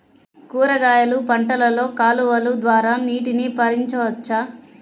కూరగాయలు పంటలలో కాలువలు ద్వారా నీటిని పరించవచ్చా?